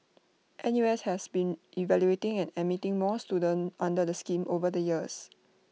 N U S has been evaluating and admitting more students under the scheme over the years